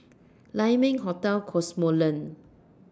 Lai Ming Hotel Cosmoland